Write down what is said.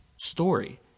story